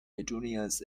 petunias